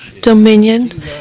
dominion